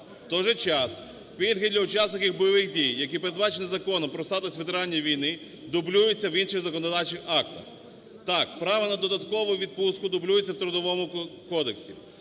же час пільги для учасників бойових дій, які передбачені Законом про статус ветеранів війни, дублюються в інших законодавчих актах. Так, право на додаткову відпустку дублюється в Трудовому кодексі,